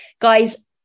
Guys